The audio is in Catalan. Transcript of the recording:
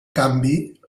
canvi